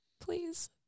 Please